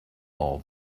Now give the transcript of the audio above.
all